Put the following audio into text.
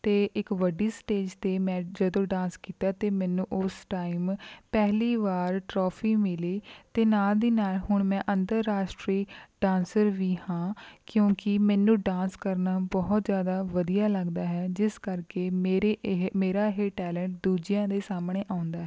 ਅਤੇ ਇੱਕ ਵੱਡੀ ਸਟੇਜ 'ਤੇ ਮੈਂ ਜਦੋਂ ਡਾਂਸ ਕੀਤਾ ਅਤੇ ਮੈਨੂੰ ਉਸ ਟਾਈਮ ਪਹਿਲੀ ਵਾਰ ਟਰੋਫ਼ੀ ਮਿਲੀ ਅਤੇ ਨਾਲ ਦੀ ਨਾਲ ਹੁਣ ਮੈਂ ਅੰਤਰਰਾਸ਼ਟਰੀ ਡਾਂਸਰ ਵੀ ਹਾਂ ਕਿਉਂਕਿ ਮੈਨੂੰ ਡਾਂਸ ਕਰਨਾ ਬਹੁਤ ਜ਼ਿਆਦਾ ਵਧੀਆ ਲੱਗਦਾ ਹੈ ਜਿਸ ਕਰਕੇ ਮੇਰੇ ਇਹ ਮੇਰਾ ਇਹ ਟੇਲੈਂਟ ਦੂਜਿਆਂ ਦੇ ਸਾਹਮਣੇ ਆਉਂਦਾ ਹੈ